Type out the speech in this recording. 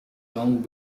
long